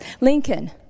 Lincoln